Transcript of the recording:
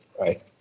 Right